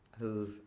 who've